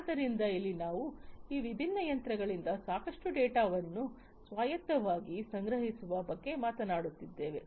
ಆದ್ದರಿಂದ ಇಲ್ಲಿ ನಾವು ಈ ವಿಭಿನ್ನ ಯಂತ್ರಗಳಿಂದ ಸಾಕಷ್ಟು ಡೇಟಾವನ್ನು ಸ್ವಾಯತ್ತವಾಗಿ ಸಂಗ್ರಹಿಸುವ ಬಗ್ಗೆ ಮಾತನಾಡುತ್ತಿದ್ದೇವೆ